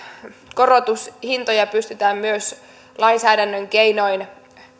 korotushintoja pystytään myös lainsäädännön keinoin